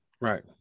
Right